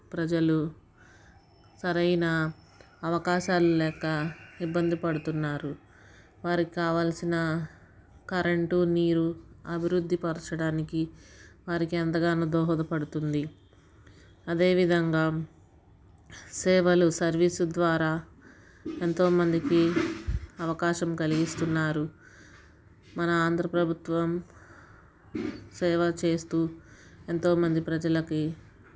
ప్రజలు సరైన అవకాశాలు లేక ఇబ్బంది పడుతున్నారు వారికి కావాల్సిన కరెంటు నీరు అభివృద్ధి పరచడానికి వారికి ఎంతగానో దోహదపడుతుంది అదేవిధంగా సేవలు సర్వీస్ ద్వారా ఎంతో మందికి అవకాశం కలిగిస్తున్నారు మన ఆంధ్ర ప్రభుత్వం సేవ చేస్తు ఎంతో మంది ప్రజలకి